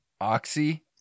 Oxy